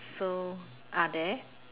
so are there